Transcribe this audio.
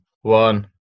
one